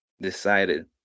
decided